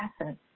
essence